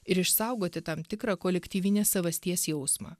ir išsaugoti tam tikrą kolektyvinės savasties jausmą